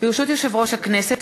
ברשות יושב-ראש הכנסת,